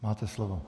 Máte slovo.